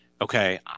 okay